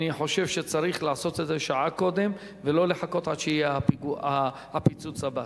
אני חושב שצריך לעשות את זה שעה קודם ולא לחכות עד שיהיה הפיצוץ הבא.